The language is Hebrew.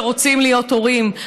שרוצים להיות הורים,